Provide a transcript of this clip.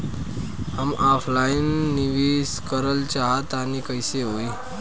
हम ऑफलाइन निवेस करलऽ चाह तनि कइसे होई?